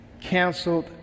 canceled